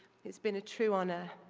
it's been a true honor.